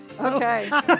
Okay